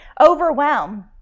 Overwhelm